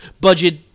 budget